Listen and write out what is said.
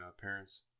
parents